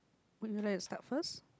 would you like to start first